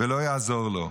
ולא יעזור לו.